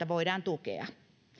itsemääräämisoikeutta voidaan tukea